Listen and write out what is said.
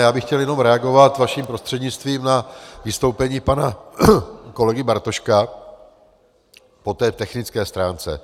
Já bych chtěl jenom reagovat vaším prostřednictvím na vystoupení pana kolegy Bartoška po té technické stránce.